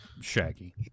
Shaggy